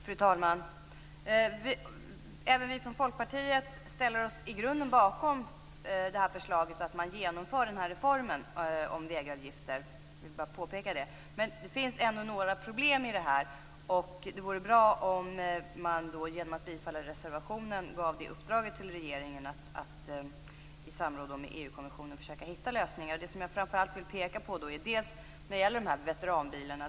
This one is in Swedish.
Fru talman! Även vi i Folkpartiet står i grunden bakom förslaget om att genomföra reformen om vägavgifter, men det finns fortfarande några problem här. Det vore bra om man yrkade bifall till reservationen, för därigenom ges regeringen i uppdrag att i samråd med EU-kommssionen försöka hitta lösningar. Vad jag framför allt vill peka på är veteranbilarna.